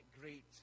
great